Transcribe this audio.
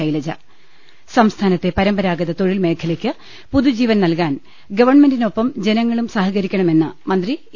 ശൈല ജ് സംസ്ഥാനത്തെ പരമ്പരാഗത തൊഴിൽമേഖലയ്ക്ക് പുതുജീവൻ നൽകാൻ ഗവൺമെന്റിനൊപ്പം ജനങ്ങളും സഹകരിക്കണമെന്ന് മന്ത്രി ഇ